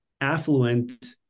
affluent